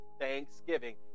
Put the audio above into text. Thanksgiving